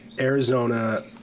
Arizona